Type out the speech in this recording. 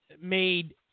Made